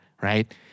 right